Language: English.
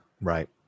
Right